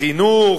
חינוך,